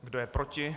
Kdo je proti?